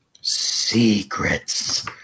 Secrets